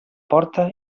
porta